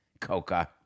Coca